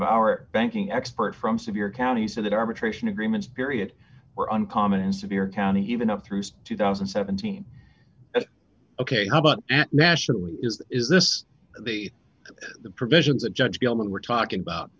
of our banking expert from severe counties that arbitration agreements period were uncommon in severe county even up through two thousand and seventeen ok how about nationally is is this the the provisions of judge bill that we're talking about